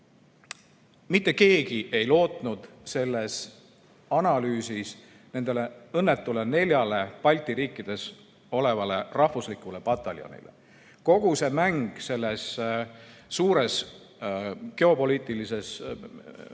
Mitte keegi ei lootnud selles analüüsis õnnetule neljale Balti riikides olevale rahvuslikule pataljonile. Kogu see mäng selles suures geopoliitilises situatsioonis